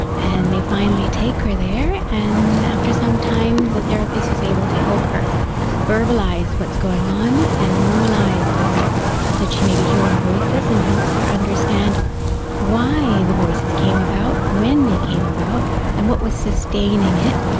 and they finally take her there, and after some time the therapist is able to help her verbalise what's going on and normalise the fact that she may be hearing voices and helps her understand why the voices came about, when they came about and what was sustaining it,